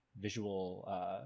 visual